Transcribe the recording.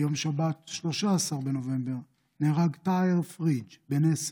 ביום שבת, 13 בנובמבר, נהרג תאאר פריג', בן 10,